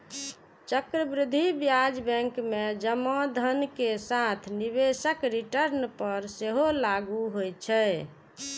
चक्रवृद्धि ब्याज बैंक मे जमा धन के साथ निवेशक रिटर्न पर सेहो लागू होइ छै